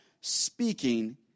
speaking